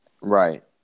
Right